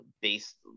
based